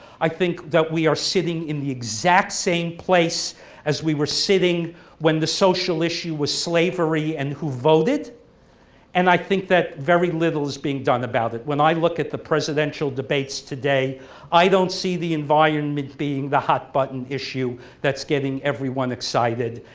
i think that we are sitting in the exact same place as we were sitting when the social issue was slavery and who voted and i think that very little is being done about it. when i look at the presidential debates today i don't see the environment being the hot-button issue that's getting everyone excited,